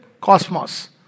cosmos